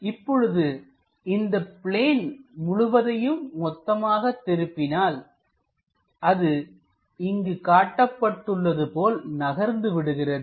இப்பொழுது இந்த பிளேன் முழுவதையும் மொத்தமாக திருப்பினால் அது இங்கு காட்டப்பட்டுள்ளது போல் நகர்ந்து விடுகிறது